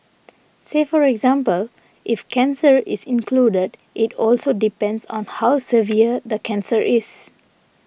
say for example if cancer is included it also depends on how severe the cancer is